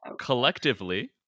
collectively